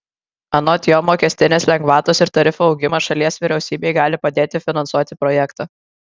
anot jo mokestinės lengvatos ir tarifų augimas šalies vyriausybei gali padėti finansuoti projektą